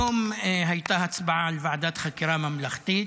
היום הייתה הצבעה על ועדת חקירה ממלכתית.